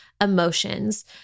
emotions